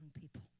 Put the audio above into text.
people